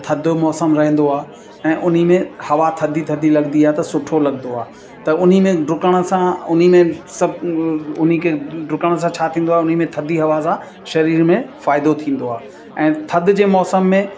त थधो मौसम रहंदो आहे ऐं उन में हवा थदी थदी लॻदी आ त सुठो लॻदो आ त उनी में डुकण सां उन में सभु उन खे ॾुकण सां छा थींदो आहे उन में थधी हवा सां सरीर में फ़ाइदो थींदो आहे ऐं थधि जे मौसम में